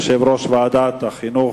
יושב-ראש ועדת החינוך,